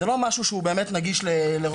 זה לא משהו שבאמת נגיש לרוב הציבור.